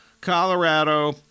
Colorado